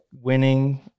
winning